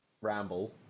ramble